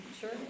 sure